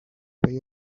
pay